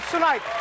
Tonight